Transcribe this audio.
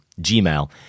Gmail